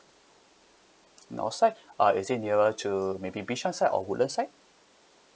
north side uh is it nearer to maybe beach sunny side or woodlands side